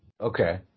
Okay